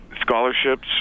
scholarships